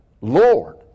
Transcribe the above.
Lord